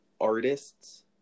artists